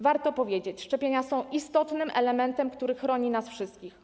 Warto powiedzieć, że szczepienia są istotnym elementem, który chroni nas wszystkich.